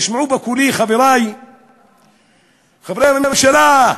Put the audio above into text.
תשמעו בקולי, חברי חברי הממשלה,